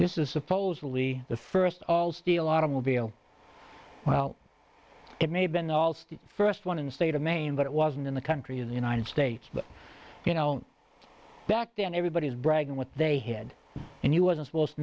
this is supposedly the first all steel automobile well it may have been also the first one in the state of maine but it wasn't in the country of the united states but you know back then everybody is bragging what they had and you wasn't supposed to